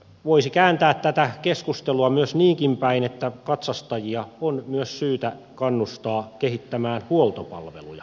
voisi kääntää tätä keskustelua myös niinkin päin että katsastajia on myös syytä kannustaa kehittämään huoltopalveluja